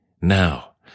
Now